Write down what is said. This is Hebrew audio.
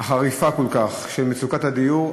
החריפה כל כך של מצוקת הדיור,